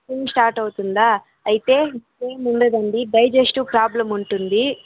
start అవుతుందా అయితే ఏముండదు అండి డైజెస్టివ్ ప్రాబ్లెమ్ ఉంటుంది